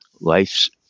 Life's